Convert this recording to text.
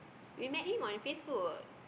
we met him on Facebook